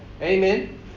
Amen